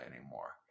anymore